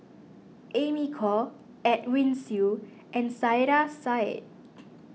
Amy Khor Edwin Siew and Saiedah Said